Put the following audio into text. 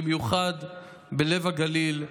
במיוחד בלב הגליל,